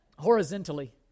horizontally